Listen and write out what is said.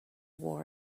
war